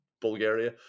Bulgaria